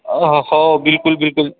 आह हो बिलकुल बिलकुल